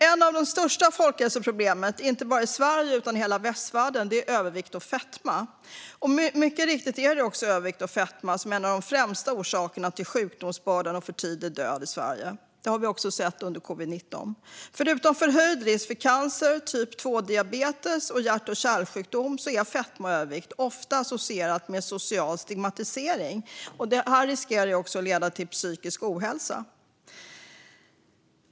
Ett av de största folkhälsoproblemen inte bara i Sverige utan i hela västvärlden är övervikt och fetma. Mycket riktigt är också övervikt och fetma en av de främsta orsakerna till sjukdomsbördan och för tidig död i Sverige. Det har vi också sett under covid-19. Förutom förhöjd risk för cancer, typ 2-diabetes och hjärt-kärlsjukdom är fetma och övervikt ofta associerat med social stigmatisering. Det riskerar också att leda till psykisk ohälsa.